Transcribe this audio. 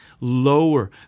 lower